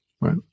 Right